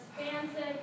expansive